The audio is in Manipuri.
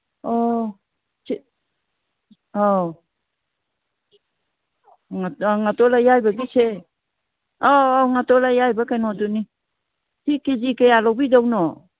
ꯑꯣ ꯑꯧ ꯉꯥꯇꯣꯟ ꯑꯌꯥꯏꯕꯒꯤꯁꯦ ꯉꯥꯇꯣꯟ ꯑꯌꯥꯏꯕ ꯀꯩꯅꯣꯗꯨꯅꯤ ꯁꯤ ꯀꯦ ꯖꯤ ꯀꯌꯥ ꯂꯧꯕꯤꯗꯧꯅꯣ